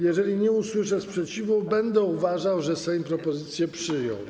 Jeżeli nie usłyszę sprzeciwu, będę uważał, że Sejm propozycję przyjął.